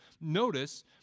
Notice